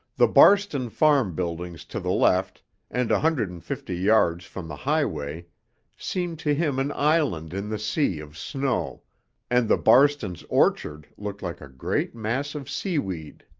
the barston farm buildings to the left and hundred and fifty yards from the highway seemed to him an island in the sea of snow and the barstons' orchard looked like a great mass of seaweed.